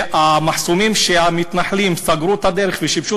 המחסומים של המתנחלים שסגרו את הדרך ושיבשו